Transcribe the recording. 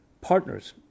partners